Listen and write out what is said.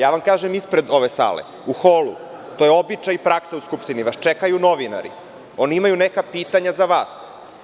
Ja vam kažem, ispred ove sale, u holu, to je običaj i praksa u Skupštini, vas čekaju novinari koji imaju neka pitanja za vas.